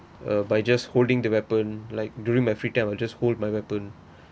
uh by just holding the weapon like during my free time I just hold my weapon